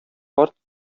карт